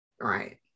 Right